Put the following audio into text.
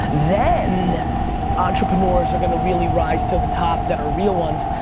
then entrepreneurs are gonna really rise to the top that are real ones,